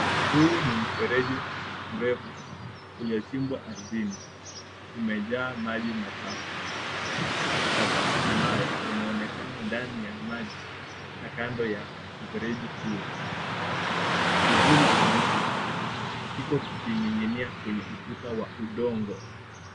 Huu ni mfereji mrefu uliochimbwa ardhini. Umejaa maji machafu, takataka na mawe yanaonekana ndani ya maji na kando ya mfereji huo. Kivuli cha mtu kiko kikining'inia kwenye ukuta wa udongo.